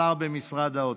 השר במשרד האוצר.